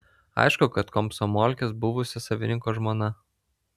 aišku kad komsomolkės buvusio savininko žmona